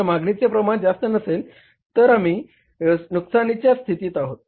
जर मागणीचे प्रमाण जास्त नसेल तर आम्ही नुकसानीच्या स्थितीत आहोत